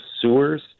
sewers